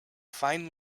fine